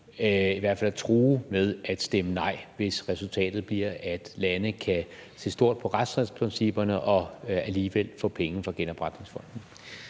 i hvert fald at true med at stemme nej, hvis resultatet bliver, at lande kan se stort på retsstatsprincipperne og alligevel få penge fra genopretningsfonden.